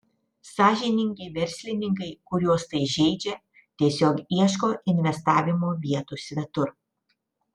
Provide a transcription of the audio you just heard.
sąžiningi verslininkai kuriuos tai žeidžia tiesiog ieško investavimo vietų svetur